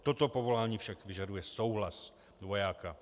Toto povolání však vyžaduje souhlas vojáka.